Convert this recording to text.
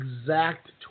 exact